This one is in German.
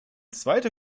zweite